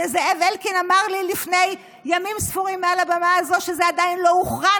שזאב אלקין אמר לי לפני ימים ספורים מעל הבמה הזו שזה עדיין לא הוכרע,